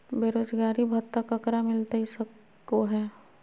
बेरोजगारी भत्ता ककरा मिलता सको है?